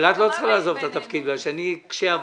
אבל את לא צריכה לעזוב את התפקיד בגלל שאני קשה הבנה.